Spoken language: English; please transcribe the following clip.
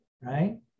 right